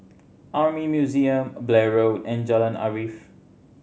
Army Museum Blair Road and Jalan Arif